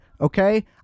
okay